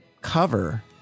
cover